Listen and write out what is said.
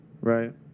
right